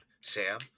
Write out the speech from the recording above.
Sam